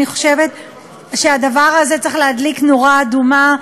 אני חושבת שהדבר הזה צריך להדליק נורה אדומה.